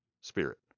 Spirit